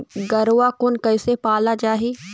गरवा कोन कइसे पाला जाही?